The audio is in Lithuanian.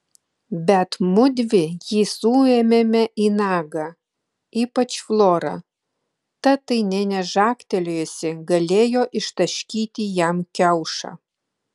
bet mudvi jį suėmėme į nagą ypač flora ta tai nė nežagtelėjusi galėjo ištaškyti jam kiaušą